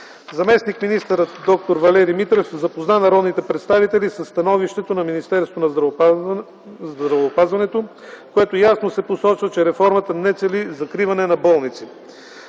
Заместник-министърът д-р Валерий Митрев запозна народните представители със становището на Министерството на здравеопазването, в което ясно се посочва, че реформата не цели закриване на болници.